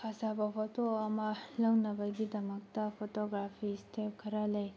ꯐꯖꯕ ꯐꯣꯇꯣ ꯑꯃ ꯂꯧꯅꯕꯒꯤꯗꯃꯛꯇ ꯐꯣꯇꯣꯒ꯭ꯔꯥꯐꯤ ꯁ꯭ꯇꯦꯞ ꯈꯔ ꯂꯩ